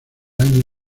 año